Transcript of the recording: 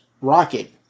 rocket